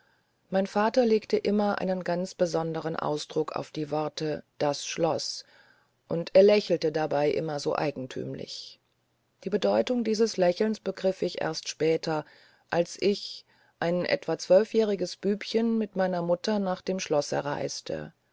mein vater legte immer einen ganz besonderen ausdruck auf die worte das schloß und er lächelte dabei immer so eigentümlich die bedeutung dieses lächelns begriff ich erst später als ich ein etwa zwölfjähriges bübchen mit meiner mutter nach dem schlosse reiste